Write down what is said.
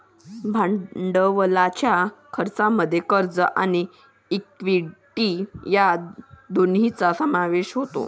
भांडवलाच्या खर्चामध्ये कर्ज आणि इक्विटी या दोन्हींचा समावेश होतो